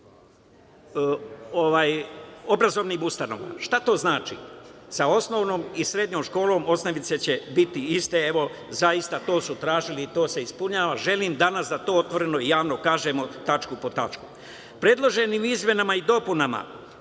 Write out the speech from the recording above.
obrazovnim ustanovama. Šta to znači? Sa osnovnom i srednjom školom osnovice će biti iste, to su tražili i to se ispunjava. Želim danas da to otvoreno i javno kažemo, tačku po tačku. Predloženim izmenama i dopunama